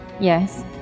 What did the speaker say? Yes